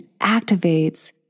activates